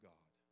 God